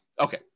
Okay